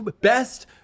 best